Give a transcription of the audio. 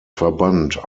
verband